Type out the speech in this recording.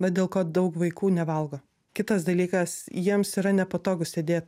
va dėl ko daug vaikų nevalgo kitas dalykas jiems yra nepatogu sėdėt